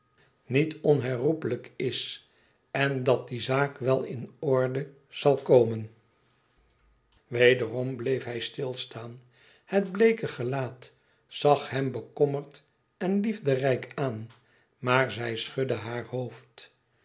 niet onherroepelijk is en dat die zaak wel in orde zal komen db gbhcelb zaak vooralsnog i iq wederom bleef hij stüstaan het bleeke gelaat zag hem bekommerd en liefderijk aan maar zij schudde haar hoofd